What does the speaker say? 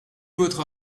votre